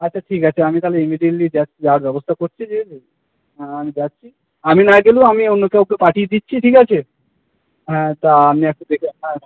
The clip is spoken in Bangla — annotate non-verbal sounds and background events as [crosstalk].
আচ্ছা ঠিক আছে আমি তাহলে ইমিডিয়েটলি যাচ্ছি যাওয়ার ব্যবস্থা করছি ঠিক আছে আমি যাচ্ছি আমি না গেলেও আমি অন্য কাউকে পাঠিয়ে দিচ্ছি ঠিক আছে হ্যাঁ তা আমি [unintelligible]